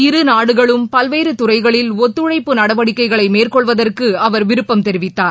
இருநாடுகளும் பல்வேறுதறைகளில் ஒத்துழைப்பு நடவடிக்கைகளைமேற்கொள்வதற்குஅவர் விருப்பம் தெரிவித்தார்